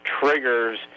triggers